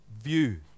view